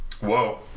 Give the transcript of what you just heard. Whoa